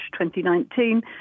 2019